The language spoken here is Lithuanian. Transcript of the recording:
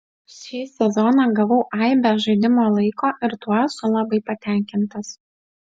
šį sezoną gavau aibę žaidimo laiko ir tuo esu labai patenkintas